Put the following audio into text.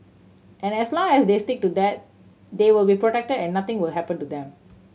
and as long as they stick to that they will be protected and nothing will happen to them